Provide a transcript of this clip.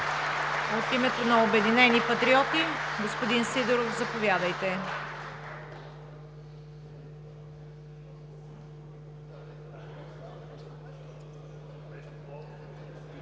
От името на „Обединени патриоти“? Господин Сидеров, заповядайте.